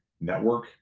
network